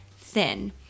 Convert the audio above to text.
thin